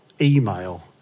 email